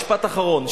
משפט אחרון,